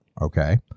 Okay